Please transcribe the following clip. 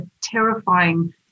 terrifying